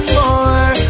more